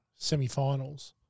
semifinals